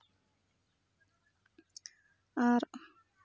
ᱟᱨ